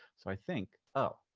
so i think, oh.